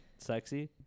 Sexy